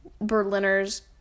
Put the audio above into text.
Berliners